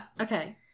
Okay